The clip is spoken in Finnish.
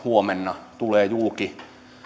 huomenna tulevat julki